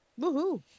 Woohoo